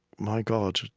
my god.